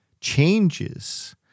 changes